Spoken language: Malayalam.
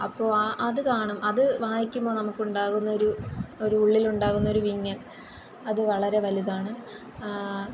അപ്പോൾ ആ അത് കാണും അത് വായിക്കുമ്പോൾ നമുക്ക് ഉണ്ടാകുന്ന ഒരു ഒരു ഉള്ളിൽ ഉണ്ടാകുന്നൊരു വിങ്ങൽ അത് വളരെ വലുതാണ്